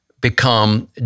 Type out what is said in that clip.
become